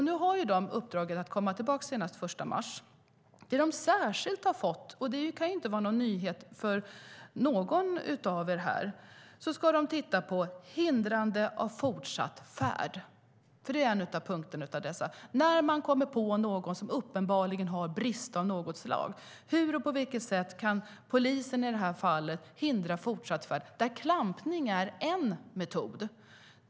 Nu har de uppdraget att komma tillbaka senast den 1 mars. Det kan inte vara någon nyhet för någon av er här att de särskilt ska titta på hindrande av fortsatt färd. Det är en av punkterna. När man kommer på någon som uppenbarligen har brist av något slag, hur och på vilket sätt kan i det här fallet polisen hindra fortsatt färd? Där är klampning en metod.